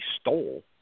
stole